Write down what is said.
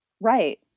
Right